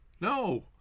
No